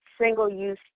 single-use